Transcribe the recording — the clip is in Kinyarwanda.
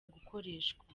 gukoreshwa